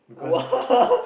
!wah!